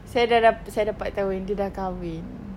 saya sudah da~ saya dapat tahu yang dia sudah kahwin